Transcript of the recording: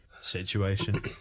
situation